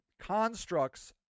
constructs